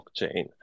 blockchain